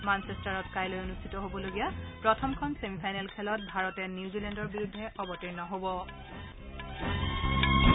মানচেষ্টাৰত কাইলৈ অনুষ্ঠিত হবলগীয়া প্ৰথমখন ছেমি ফাইনেল খেলত ভাৰতে নিউজিলেণ্ডৰ বিৰুদ্ধে অৱতীৰ্ণ হ'ব